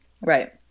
Right